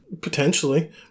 Potentially